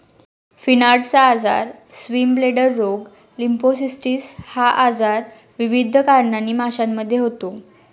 फिनार्टचा आजार, स्विमब्लेडर रोग, लिम्फोसिस्टिस हा आजार विविध कारणांनी माशांमध्ये होतो